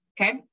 Okay